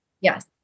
Yes